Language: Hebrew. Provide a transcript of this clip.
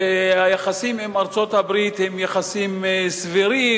היחסים עם ארצות-הברית הם יחסים סבירים.